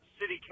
City